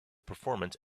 performance